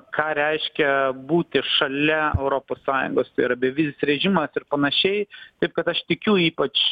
ką reiškia būti šalia europos sąjungos tai yra bevizis režimas ir panašiai taip kad aš tikiu ypač